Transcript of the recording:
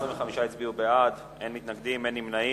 25 הצביעו בעד, אין מתנגדים, אין נמנעים.